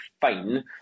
fine